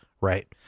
right